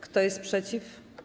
Kto jest przeciw?